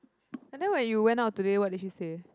and then when you went out today what did she say